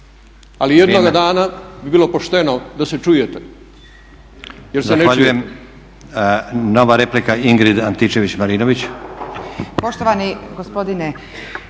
ali jednoga dana bi bilo pošteno da se čujete.